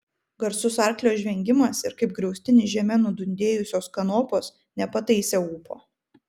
garsus arklio žvengimas ir kaip griaustinis žeme nudundėjusios kanopos nepataisė ūpo